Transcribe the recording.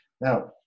Now